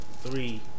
three